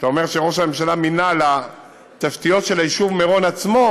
שאתה אומר שראש הממשלה מינה לתשתיות של היישוב מירון עצמו,